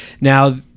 now